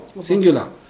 singular